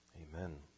Amen